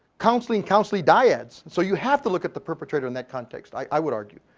counselling counselling dyads. so you have to look at the perpetrator in that context, i would argue.